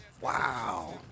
Wow